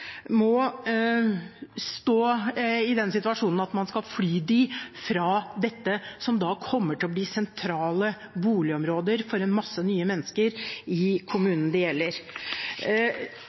må stå i den situasjonen at man skal fly dem fra dette som kommer til å bli sentrale boligområder for en masse nye mennesker i kommunen det gjelder.